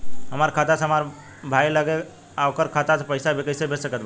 हमार खाता से हमार भाई लगे ओकर खाता मे पईसा कईसे भेज सकत बानी?